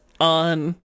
on